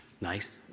Nice